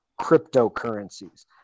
cryptocurrencies